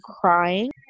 crying